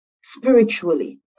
spiritually